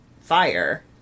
fire